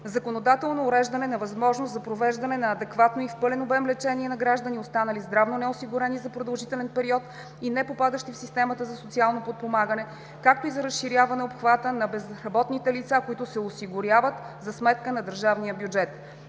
Законодателно уреждане на възможност за провеждане на адекватно и в пълен обем лечение на граждани, останали здравно неосигурени за продължителен период и непопадащи в системата за социално подпомагане, както и за разширяване обхвата на безработните лица, които се осигуряват за сметка на държавния бюджет;